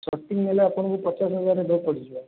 sorting ନେଲେ ଆପଣଙ୍କୁ ପଚାଶ ହଜାର ପଡ଼ିଯିବ